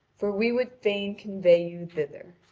for we would fain convoy you thither.